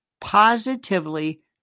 positively